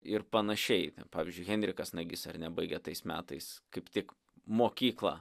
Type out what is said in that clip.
ir panašiai pavyzdžiui henrikas nagys ar ne baigė tais metais kaip tik mokyklą